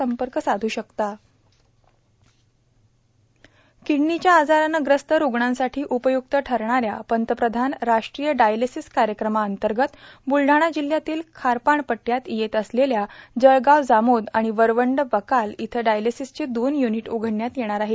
र्णाकडनीच्या आजारानं ग्रस्त रुग्णांसाठी उपयुक्त ठरणाऱ्या पंतप्रधान राष्ट्रीय डायलेसीस कायक्रातंगत ब्लडाणा जिल्ह्यातील खारपाणपट्टयात येत असलेल्या जळगाव जामोद आर्गाण वरवंड बकाल इथं डायलेसीसचे दोन यूनीट उघडण्यात येणार आहे